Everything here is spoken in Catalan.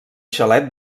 xalet